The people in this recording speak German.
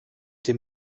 dem